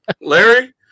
Larry